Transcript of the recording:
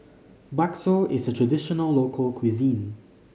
Bakso is a traditional local cuisine